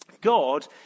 God